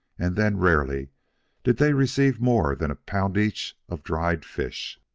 and then rarely did they receive more than a pound each of dried fish.